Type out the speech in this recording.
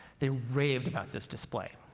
they raved about this display.